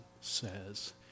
says